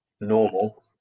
normal